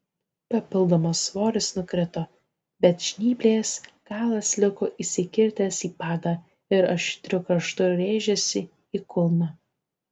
papildomas svoris nukrito bet žnyplės galas liko įsikirtęs į padą ir aštriu kraštu rėžėsi į kulną